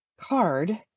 card